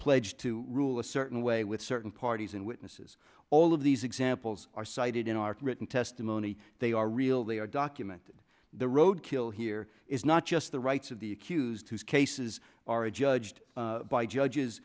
pledged to rule a certain way with certain parties and witnesses all of these examples are cited in our written testimony they are real they are documented the road kill here is not just the rights of the accused whose cases are judged by judges